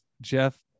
Jeff